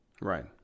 Right